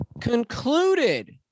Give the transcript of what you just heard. concluded